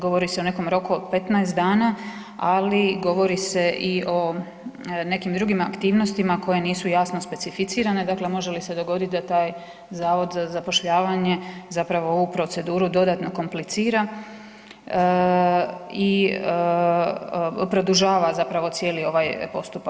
Govori se o nekom roku od 15 dana, ali govori se i o nekim drugim aktivnostima koje nisu jasno specificirane, dakle može li se dogoditi da taj Zavod za zapošljavanje zapravo ovu proceduru dodatno komplicira i produžava zapravo cijeli ovaj postupak.